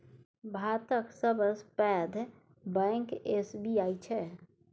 भातक सबसँ पैघ बैंक एस.बी.आई छै